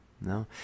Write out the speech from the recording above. no